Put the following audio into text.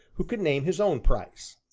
who can name his own price.